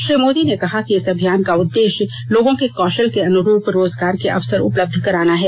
श्री मोदी ने कहा कि इस अभियान का उद्देश्य लोगों के कौशल के अनुरूप रोजगार के अवसर उपलब्ध कराना है